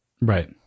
Right